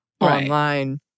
online